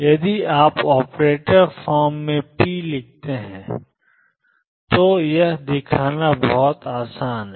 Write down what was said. यदि आप operator form में p लिखते हैं तो यह दिखाना बहुत आसान है